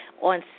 on